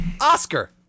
Oscar